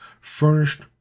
furnished